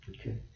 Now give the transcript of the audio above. Okay